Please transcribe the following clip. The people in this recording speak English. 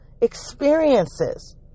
experiences